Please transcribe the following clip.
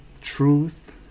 truth